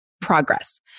progress